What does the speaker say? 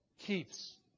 keeps